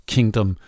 Kingdom